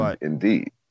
indeed